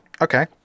Okay